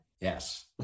Yes